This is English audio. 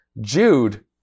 Jude